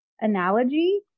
analogy